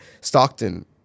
Stockton